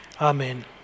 Amen